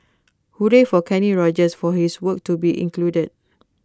hooray for Kenny Rogers for his work to be included